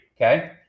okay